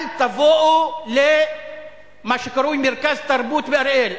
אל תבואו למה שקרוי "מרכז תרבות" באריאל?